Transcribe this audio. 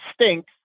stinks